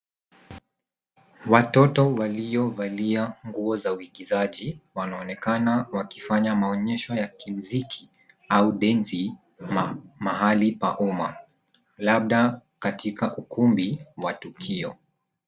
Watoto waliovalia nguo za uigizaji wanaonekana wakifanya maonyesho ya kimziki au densi mahali pa umma labda katika ukumbi wa tukio.